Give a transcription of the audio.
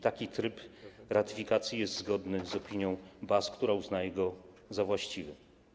Taki tryb ratyfikacji jest zgodny z opinią BAS, która uznaje go za właściwy.